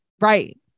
Right